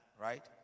right